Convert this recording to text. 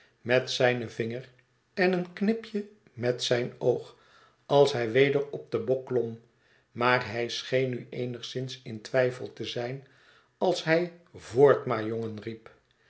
met zijn vinger en een knipje met zijn oog als hij weder op den bok klom maar hij scheen nu eenigszins in twijfel te zijn als hij voort maar jongen riep